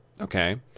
Okay